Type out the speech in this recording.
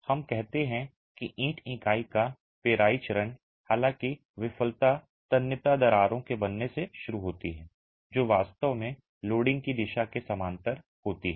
हम कहते हैं कि ईंट इकाई का पेराई चरण हालाँकि विफलता तन्यता दरारों के बनने से शुरू होती है जो वास्तव में लोडिंग की दिशा के समानांतर होती हैं